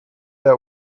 that